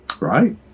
right